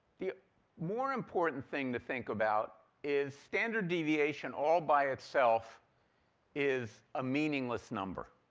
the more important thing to think about is standard deviation all by itself is a meaningless number.